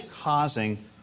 causing